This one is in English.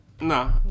nah